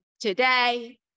today